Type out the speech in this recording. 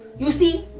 you see,